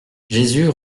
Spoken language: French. jésus